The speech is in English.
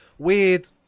Weird